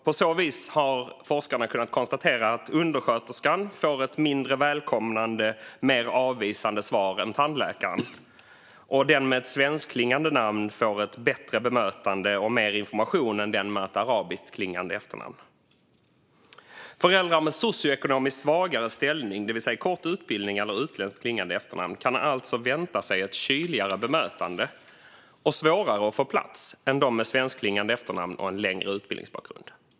På så vis har forskarna kunnat konstatera att undersköterskan får ett mindre välkomnande och mer avvisande svar än tandläkaren. Den med ett svenskklingande efternamn får ett bättre bemötande och mer information än den med ett arabiskklingande efternamn. Föräldrar med socioekonomiskt svagare ställning, det vill säga kort utbildning eller utländskklingande efternamn, kan alltså vänta sig ett kyligare bemötande och ha svårare att få plats än de med svenskklingande efternamn och en längre utbildningsbakgrund.